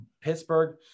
Pittsburgh